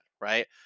right